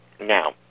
Now